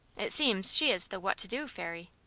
it seems she is the what to do fairy.